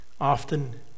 Often